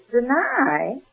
Deny